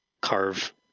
carve